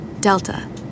Delta